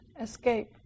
escape